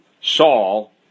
Saul